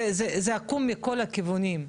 זה עקום מכל הכיוונים.